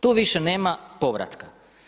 Tu više nema povratka.